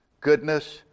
goodness